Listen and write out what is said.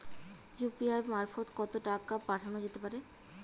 UPI মারফত কত টাকা পাঠানো যেতে পারে?